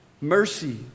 Mercy